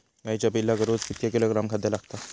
गाईच्या पिल्लाक रोज कितके किलोग्रॅम खाद्य लागता?